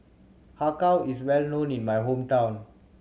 Har Kow is well known in my hometown